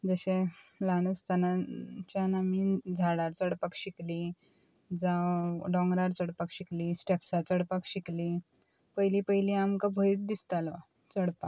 जशें ल्हान आसतनाच्यान आमी झाडां चडपाक शिकली जावं दोंगरार चडपाक शिकली स्टेप्सां चडपाक शिकली पयलीं पयलीं आमकां भंय दिसतालो चडपाक